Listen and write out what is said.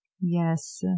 yes